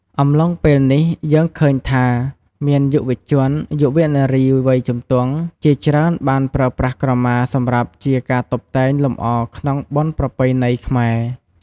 អំឡុងពេលនេះ យើងឃើញថា មានយុវជន យុវនារីវ័យជំទង់ជាច្រើនបានប្រើប្រាស់ក្រមា សម្រាប់ជាការតុបតែងលម្អក្នុងបុណ្យប្រពៃណីខ្មែរ។